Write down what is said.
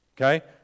okay